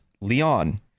Leon